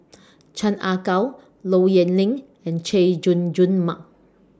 Chan Ah Kow Low Yen Ling and Chay Jung Jun Mark